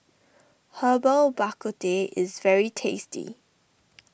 Herbal Bak Ku Teh is very tasty